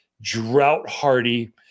drought-hardy